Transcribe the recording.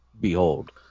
behold